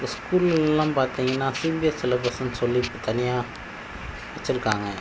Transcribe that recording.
இப்போ ஸ்கூல்லேல்லாம் பார்த்திங்கன்னா சிபிஎஸ்சி சிலபஸ்னு சொல்லி தனியாக வச்சுருக்காங்க